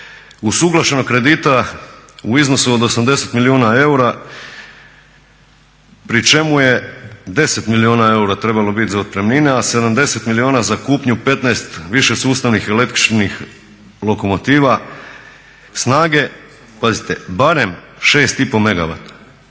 usuglašenog kredita u iznosu od 80 milijuna eura pri čemu je 10 milijuna eura trebalo biti za otpremnine, a 70 milijuna za kupnju 15 višesustavnih električnih lokomotiva snage pazite barem 6,5 megavata.